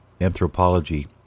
anthropology